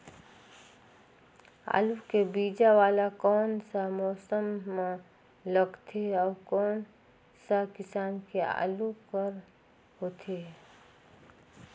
आलू के बीजा वाला कोन सा मौसम म लगथे अउ कोन सा किसम के आलू हर होथे?